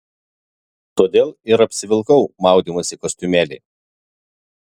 todėl ir apsivilkau maudymosi kostiumėlį